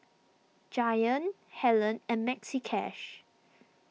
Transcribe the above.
Giant Helen and Maxi Cash